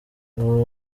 ubu